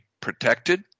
protected